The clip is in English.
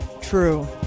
True